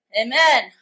Amen